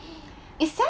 is there